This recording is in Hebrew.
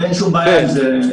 ואין שום בעיה עם זה.